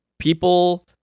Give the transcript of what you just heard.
People